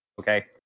Okay